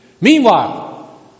Meanwhile